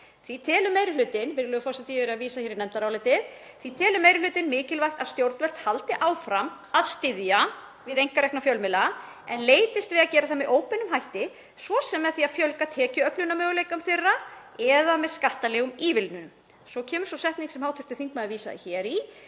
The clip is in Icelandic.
„Því telur meiri hlutinn mikilvægt að stjórnvöld haldi áfram að styðja við einkarekna fjölmiðla, en leitist við að gera það með óbeinum hætti, svo sem með því að fjölga tekjuöflunarmöguleikum þeirra eða með skattalegum ívilnunum.“ Svo kemur sú setning sem hv. þingmaður vísar hér í.